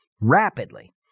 rapidly